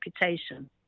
reputation